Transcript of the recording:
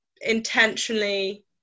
intentionally